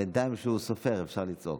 בינתיים, כשהוא סופר, אפשר לצעוק.